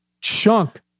chunk